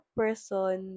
person